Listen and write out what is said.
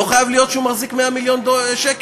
לא חייב להיות שהוא מחזיק 100 מיליון שקל,